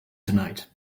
tonight